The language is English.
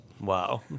Wow